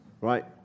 right